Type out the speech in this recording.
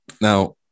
Now